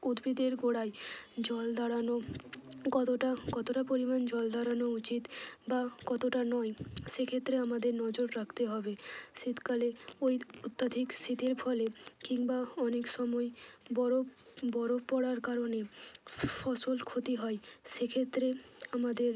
উদ্ভিদের গোড়ায় জল দাঁড়ানোর কতটা কতটা পরিমাণ জল দাঁড়ানো উচিত বা কতটা নয় সেক্ষেত্রে আমাদের নজর রাখতে হবে শীতকালে ওই অত্যধিক শীতের ফলে কিংবা অনেক সময় বরফ বরফ পড়ার কারণে ফসল ক্ষতি হয় সেক্ষেত্রে আমাদের